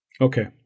Okay